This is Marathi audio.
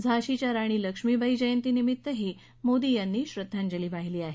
झाशीच्या राणी लक्ष्मीबाई जयंतीनिमित्तही मोदी यांनी आदरांजली वाहिली आहे